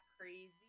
crazy